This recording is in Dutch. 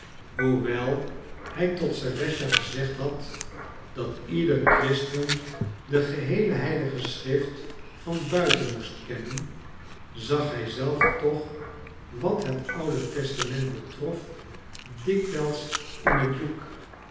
hoewel hij tot serëscha gezegd had dat ieder christen de geheele heilige schrift van buiten moest kennen zag hij zelf toch wat het oude testament betrof dikwijls in het boek